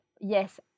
yes